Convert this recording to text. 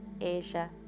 Asia